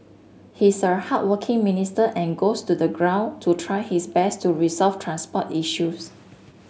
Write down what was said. he's a hardworking minister and goes to the ground to try his best to resolve transport issues